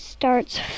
starts